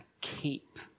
keep